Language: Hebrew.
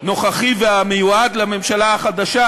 הנוכחי והמיועד לממשלה החדשה,